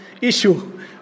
issue